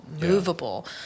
movable